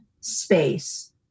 space